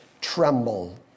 tremble